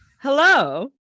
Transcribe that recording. Hello